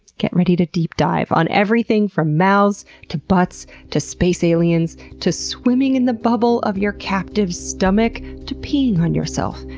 get ready to deep dive on everything from mouths, to butts, to space aliens, to swimming in the bubble of your captive stomach, to peeing on yourself,